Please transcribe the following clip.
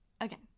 Again